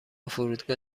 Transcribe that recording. فرودگاه